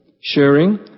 sharing